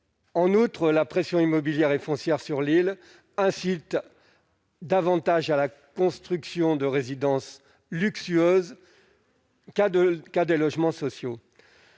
En outre, la pression immobilière et foncière sur l'île incite davantage à la construction de résidences luxueuses que de logements sociaux.